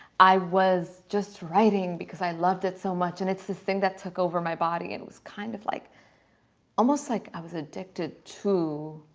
i was just writing because i loved it so much and it's this thing that took over my body and it was kind of like almost like i was addicted to